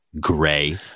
gray